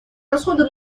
расходы